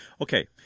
okay